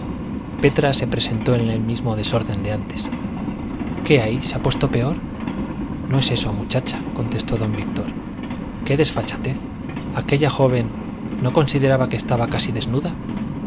petra se presentó en el mismo desorden de antes qué hay se ha puesto peor no es eso muchacha contestó don víctor qué desfachatez aquella joven no consideraba que estaba casi desnuda